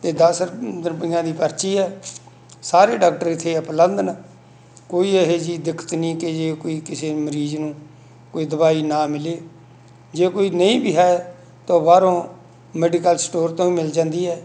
ਅਤੇ ਦੱਸ ਰੁਪਈਆਂ ਦੀ ਪਰਚੀ ਹੈ ਸਾਰੇ ਡਾਕਟਰ ਇੱਥੇ ਅਪਲੰਧਨ ਕੋਈ ਇਹੋ ਜਿਹੀ ਦਿੱਕਤ ਨਹੀਂ ਕਿ ਜੇ ਕੋਈ ਕਿਸੇ ਮਰੀਜ਼ ਨੂੰ ਕੋਈ ਦਵਾਈ ਨਾ ਮਿਲੇ ਜੇ ਕੋਈ ਨਹੀਂ ਵੀ ਹੈ ਤਾਂ ਉਹ ਬਾਹਰੋਂ ਮੈਡੀਕਲ ਸਟੋਰ ਤੋਂ ਮਿਲ ਜਾਂਦੀ ਹੈ